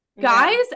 guys